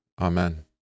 Amen